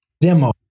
demo